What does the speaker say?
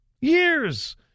years